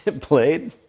played